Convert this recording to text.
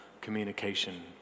communication